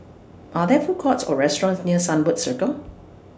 Are There Food Courts Or restaurants near Sunbird Circle